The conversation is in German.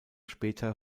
später